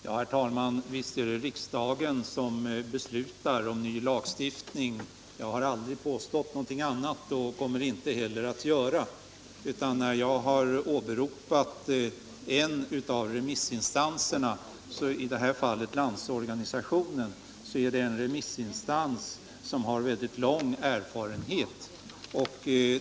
Herr talman! Visst är det riksdagen som beslutar om ny lagstiftning. Jag har aldrig påstått någonting annat och kommer inte heller att göra det. Att jag har åberopat en av remissinstanserna, i det här fallet Landsorganisationen, beror på att det är en remissinstans som har väldigt lång erfarenhet.